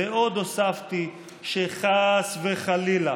ועוד הוספתי שחס וחלילה,